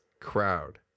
Crowd